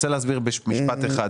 אני רוצה להסביר במשפט אחד.